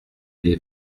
les